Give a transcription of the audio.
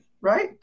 Right